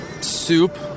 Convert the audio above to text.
soup